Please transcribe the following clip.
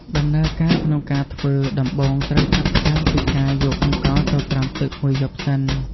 ដំណើរការក្នុងការធ្វើ ដំបូងត្រូវចាប់ផ្ដើមពីការយកអង្ករទៅត្រាំទឹកមួយយប់សិន។